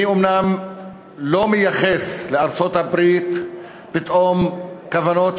אומנם אני לא מייחס לארצות-הברית פתאום כוונות